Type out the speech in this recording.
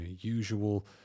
usual